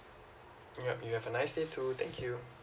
yup you have a nice day too thank you